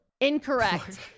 Incorrect